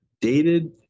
dated